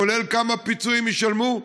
כולל כמה פיצויים ישלמו,